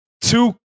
two